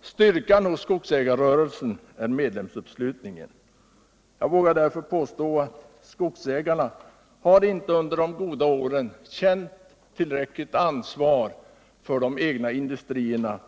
Styrkan hos skogägareföretagen är medlemsuppslutningen. Jag vågar påstå att skogsägarna under de goda åren inte har känt tillräckligt ansvar för de egna industrierna.